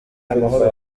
amahoro